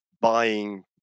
buying